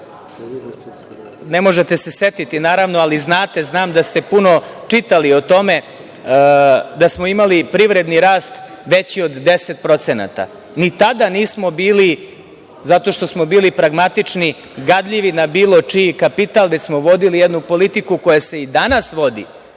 10…Ne možete se setiti, naravno, ali znam da ste puno čitali o tome, da smo imali privredni rast veći od 10%. Ni tada nismo bili, zato što smo bili pragmatični, gadljivi na bilo čiji kapital, jer smo vodili jednu politiku koja se i danas vodi,